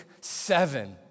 seven